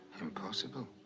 Impossible